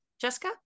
Jessica